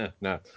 No